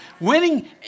Winning